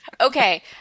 okay